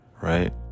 right